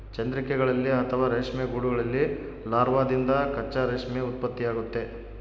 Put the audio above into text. ಚಂದ್ರಿಕೆಗಳಲ್ಲಿ ಅಥವಾ ರೇಷ್ಮೆ ಗೂಡುಗಳಲ್ಲಿ ಲಾರ್ವಾದಿಂದ ಕಚ್ಚಾ ರೇಷ್ಮೆಯ ಉತ್ಪತ್ತಿಯಾಗ್ತತೆ